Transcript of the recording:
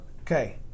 okay